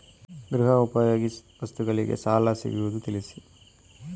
ಗೃಹ ಉಪಯೋಗಿ ವಸ್ತುಗಳಿಗೆ ಸಾಲ ಸಿಗುವುದೇ ತಿಳಿಸಿ?